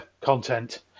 content